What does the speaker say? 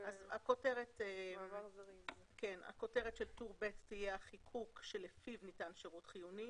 הכותרת של טור ב' תהיה "החיקוק שלפיו ניתן שירות חיוני".